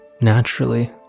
naturally